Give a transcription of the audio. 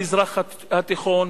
במזרח התיכון,